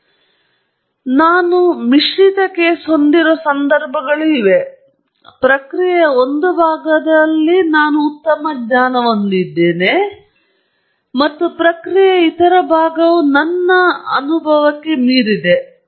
ಆದರೆ ನಾನು ಮಿಶ್ರಿತ ಕೇಸ್ ಹೊಂದಿರುವ ಸಂದರ್ಭಗಳಿವೆ ಪ್ರಕ್ರಿಯೆಯ ಒಂದು ಭಾಗವನ್ನು ನಾನು ಉತ್ತಮ ಜ್ಞಾನವನ್ನು ಹೊಂದಿದ್ದೇನೆ ಮತ್ತು ಪ್ರಕ್ರಿಯೆಯ ಇತರ ಭಾಗವು ನನಗೆ ಮೀರಿದೆ